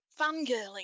fangirling